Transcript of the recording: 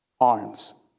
Arms